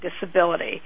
disability